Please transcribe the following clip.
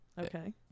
Okay